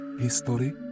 history